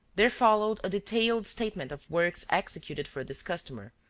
there followed a detailed statement of works executed for this customer,